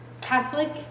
Catholic